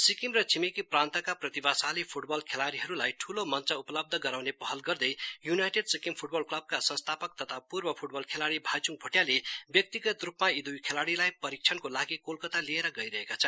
सिक्किम र छिमेकी प्रान्तका प्रतिभाशाली फुटबल खेलाड़ीहरूलाई ठूलो मंच उपलब्ध गराउने पहल गर्दै यूनाइटेड सिक्किम फुटबल क्लबका संस्थापक तथा पूर्व फुटबल खेलाड़ी भाइचुङ भोटियाले व्यक्तिगत रूपमा यी दुई खेलाड़ीलाई परीक्षणको लागि कोलकता लिएर गइरहेका छन्